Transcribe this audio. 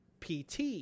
pt